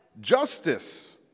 justice